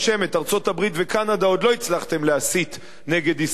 את ארצות-הברית וקנדה עוד לא הצלחתם להסית נגד ישראל,